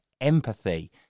empathy